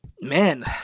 man